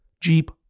Jeep